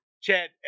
Chad